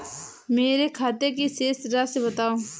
मेरे खाते की शेष राशि बताओ?